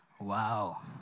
Wow